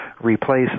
replace